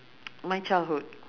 my childhood